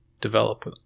develop